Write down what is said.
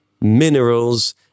minerals